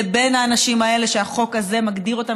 לבין האנשים האלה שהחוק הזה מגדיר אותם